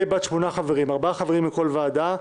הוועדה תמנה 8 חברים, 4 חברים בכל ועדה,